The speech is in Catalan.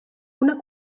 una